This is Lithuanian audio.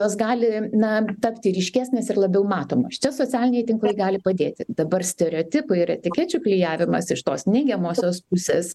jos gali na tapti ryškesnės ir labiau matomos čia socialiniai tinklai gali padėti dabar stereotipai ir etikečių klijavimas iš tos neigiamosios pusės